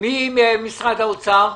מי נמצא ממשרד האוצר?